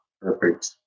perfect